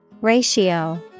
Ratio